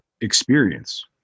experience